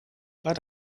but